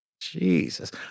jesus